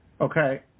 okay